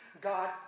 God